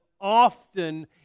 often